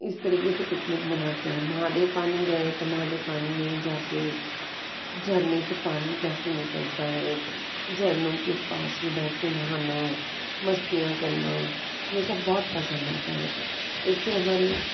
इस तरीक़े से पिकनिक मनाते हैं महादेव पानी गए तो महादेव पानी में जा कर झरने से पानी कैसे निकलता है झरनों के पास में बैठ के नहाना मस्तियाँ करना ये सब बहुत पसंद आता है इस से हमारी